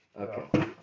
okay